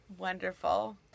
Wonderful